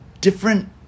different